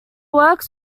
works